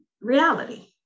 reality